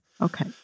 Okay